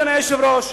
אדוני היושב-ראש,